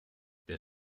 der